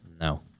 No